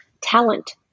talent